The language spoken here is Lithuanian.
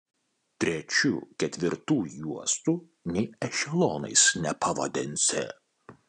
trečių ketvirtų juostų nė ešelonais nepavadinsi